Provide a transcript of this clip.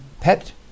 pet